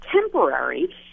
temporary